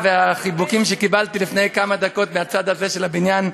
והחיבוקים שקיבלתי לפני כמה דקות מהצד הזה של הבניין,